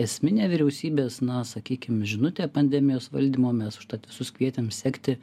esminė vyriausybės na sakykim žinutė pandemijos valdymo mes užtat visus kvietėm sekti